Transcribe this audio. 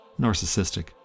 narcissistic